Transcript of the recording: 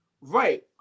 Right